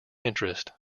interest